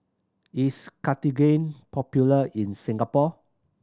is Cartigain popular in Singapore